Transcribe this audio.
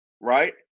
right